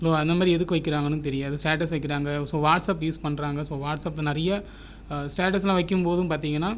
so அந்த மாதிரி எதுக்கு வைக்கிறாங்கணும் தெரியாது ஸ்டேட்டஸ் வைக்கிறாங்க ஸோ வாட்ஸ்ஆப் யூஸ் பண்ணுறாங்க ஸோ வாட்ஸ்ஆப்பில் நிறைய ஸ்டேட்டஸ்செல்லாம் வைக்கும்போதும் பாத்தீங்கனா